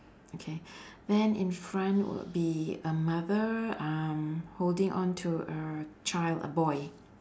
okay then in front would be a mother um holding on to a child a boy